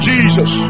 Jesus